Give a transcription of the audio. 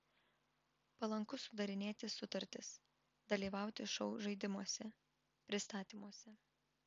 palanku sudarinėti sutartis dalyvauti šou žaidimuose pristatymuose